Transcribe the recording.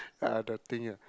ah the thing ah